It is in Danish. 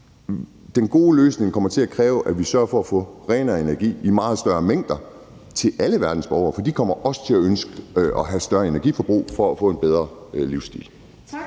den gode løsning kommer til at kræve, at vi sørger for at få renere energi i meget større mængder til alle verdensborgere, for de kom også til at ønske at have et større energiforbrug for få en bedre livsstil. Kl.